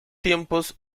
tiempos